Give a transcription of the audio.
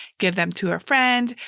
give them to a friend.